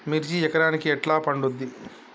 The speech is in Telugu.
మిర్చి ఎకరానికి ఎట్లా పండుద్ధి?